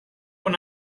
when